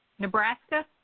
nebraska